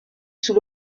sous